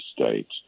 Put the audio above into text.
States